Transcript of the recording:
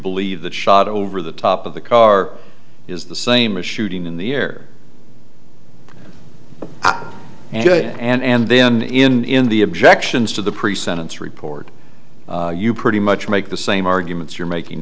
believe the shot over the top of the car is the same a shooting in the air and good and then in the objections to the pre sentence report you pretty much make the same arguments you're making